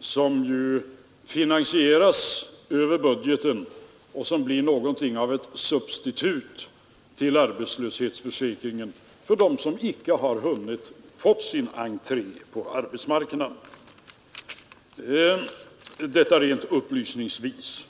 som finansieras över budgeten och som blir någonting av ett substitut till arbetslöshetsförsäkringen för dem som inte har hunnit göra sitt inträde på arbetsmarknaden. Detta rent upplysningsvis.